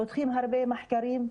פותחים הרבה מחקרים,